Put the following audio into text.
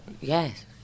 Yes